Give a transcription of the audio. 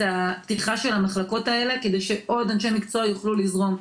הפתיחה של המחלקות האלה כדי שעוד אנשים מקצוע יוכלו לזרום.